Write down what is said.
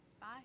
Bye